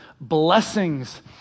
blessings